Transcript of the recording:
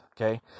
okay